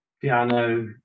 piano